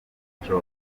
abantu